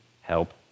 help